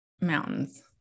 mountains